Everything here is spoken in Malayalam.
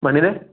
മണ്ണിന്